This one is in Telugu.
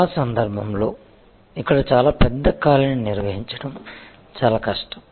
చాలా సందర్భాలలో ఇక్కడ చాలా పెద్ద ఖాళీని నిర్వహించడం చాలా కష్టం